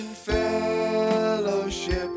fellowship